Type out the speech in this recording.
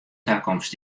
takomst